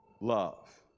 love